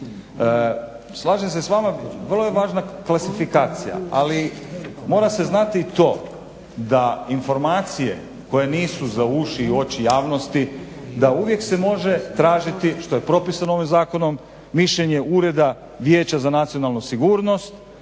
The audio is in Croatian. Slažem se s vama, vrlo je važna klasifikacija, ali mora se znati to, da informacije koje nisu za uši i oči javnosti da uvijek se može tražiti što je propisano ovim zakonom, mišljenja ureda Vijeća za nacionalnu sigurnost